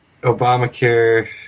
Obamacare